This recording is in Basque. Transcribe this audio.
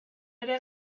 ere